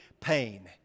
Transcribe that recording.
pain